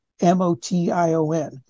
M-O-T-I-O-N